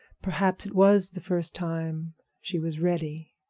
perhaps it was the first time she was ready,